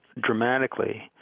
dramatically